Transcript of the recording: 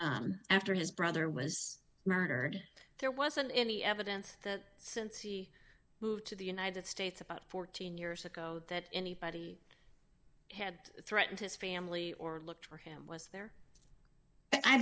the after his brother was murdered there wasn't any evidence since he moved to the united states about fourteen years ago that anybody had threatened his family or looked for him was there